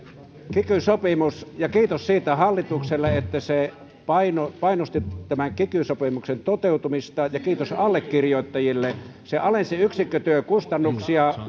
sopimus ja kiitos siitä hallitukselle että se painosti painosti tämän kiky sopimuksen toteutumiseen ja kiitos allekirjoittajille alensi yksikkötyökustannuksia